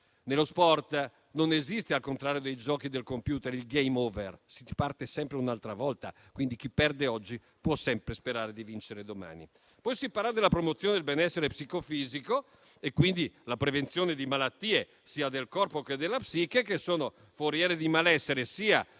Nello sport non esiste, al contrario dei videogiochi, il *game over*; si riparte sempre un'altra volta, quindi chi perde oggi può sempre sperare di vincere domani. Poi si parla della «promozione del benessere psicofisico» e quindi della prevenzione di malattie, sia del corpo sia della psiche, che sono foriere di malessere sia